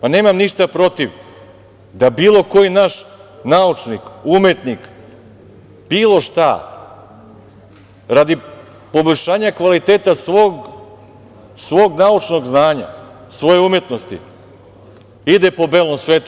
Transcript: Nemam ništa protiv da bilo koji naš naučnik, umetnik bilo šta radi poboljšanja kvaliteta svog naučnog znanja, svoje umetnosti ide po belom svetu.